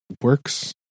works